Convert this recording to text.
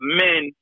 men